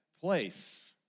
place